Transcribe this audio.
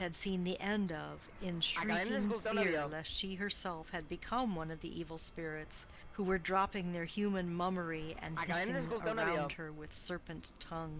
and had seen the end of in shrieking fear lest she herself had become one of the evil spirits who were dropping their human mummery and hissing around her with serpent tongues.